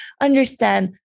understand